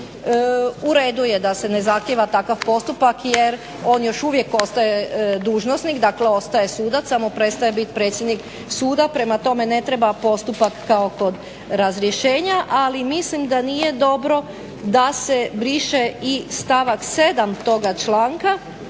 U redu je da se ne zahtijeva takav postupak jer on još uvijek ostaje dužnosnik, dakle ostaje sudac, samo prestaje biti predsjednik suda. Prema tome, ne treba postupak kao kod razrješenja. Ali mislim da nije dobro da se briše i stavak 7. toga članka,